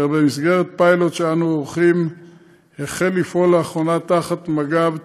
אשר במסגרת פיילוט שאנו עורכים החל לפעול לאחרונה תחת מג"ב צפון,